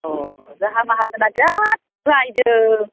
अ जोंहा माहाजोना बिराद रायदों